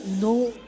no